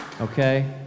okay